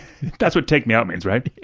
that's what take me out means, right?